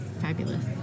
fabulous